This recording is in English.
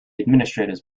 administrators